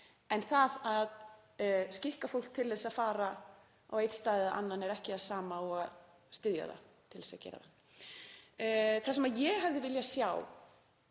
En það að skikka fólk til að fara á einn stað eða annan er ekki það sama og að styðja það til þess að gera það. Það sem ég hefði viljað sjá